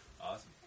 Awesome